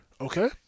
Okay